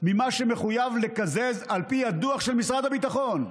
ממה שמחויב לקזז על פי הדוח של משרד הביטחון.